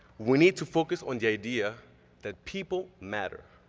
we need to focus on the idea that people matter,